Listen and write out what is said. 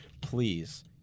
please